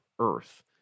Earth